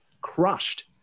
crushed